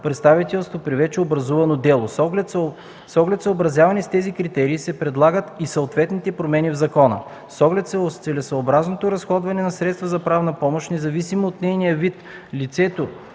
представителство при вече образуваното дело. С оглед съобразяване с тези критерии се предлагат и съответните промени в закона. С оглед целесъобразното разходване на средствата за правна помощ, независимо от нейния вид, лицето,